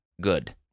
good